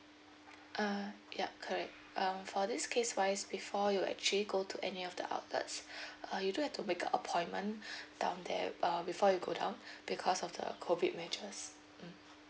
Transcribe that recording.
uh ya correct um for this case wise before you actually go to any of the outlets uh you do have to make an appointment down there um before you go down because of the COVID matters mm